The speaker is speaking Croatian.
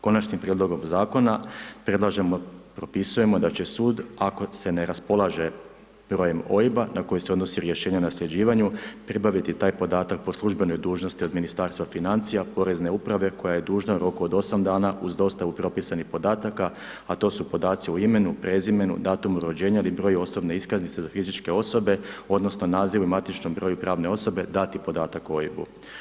Konačnim prijedlogom zakona predlažemo, propisujemo da će sud ako se ne raspolaže brojem OIB na koji se odnosi rješenje o nasljeđivanju pribaviti taj podatak po službenoj dužnosti od Ministarstva financija, porezne uprave koja je dužna u roku od 8 dana uz dostavu propisanih podataka a to su podaci o imenu, prezimenu, datumu rođenja ili broju osobne iskaznice za fizičke osobe odnosno nazivu i matičnom broju pravne osobe dati podatak o OIB-u.